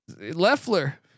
Leffler